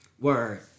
Word